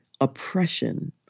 oppression